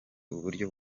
uburyo